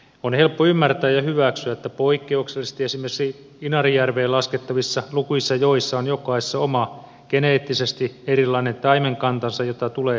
on helppo ymmärtää ja hyväksyä että poikkeuksellisesti esimerkiksi inarijärveen laskevissa lukuisissa joissa on jokaisessa oma geneettisesti erilainen taimenkantansa jota tulee suojella